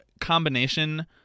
combination